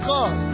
God